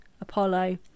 Apollo